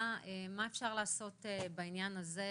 מה אפשר לעשות בעניין הזה?